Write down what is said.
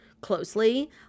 closely